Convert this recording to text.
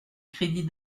crédits